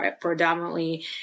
predominantly